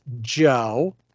Joe